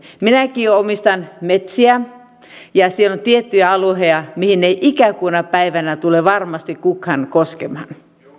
minäkin omistan metsiä ja siellä on tiettyjä alueita mihin ei ikäkuuna päivänä tule varmasti kukaan koskemaan